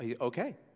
okay